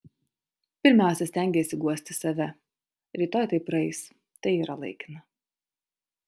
pirmiausia stengiesi guosti save rytoj tai praeis tai yra laikina